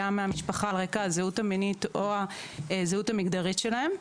מהמשפחה על רקע הזהות המינית או הזהות המגדרית שלהם.